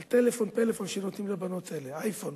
על טלפון, פלאפון שנותנים לבנות האלה, אייפון,